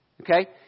okay